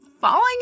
falling